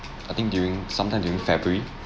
I think during some time during february